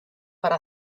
para